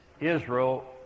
Israel